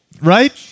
right